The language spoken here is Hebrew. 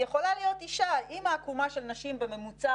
יכולה להיות אישה אם העקומה של נשים בממוצע